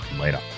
Later